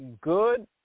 good